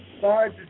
five